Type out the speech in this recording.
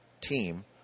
team